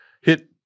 hit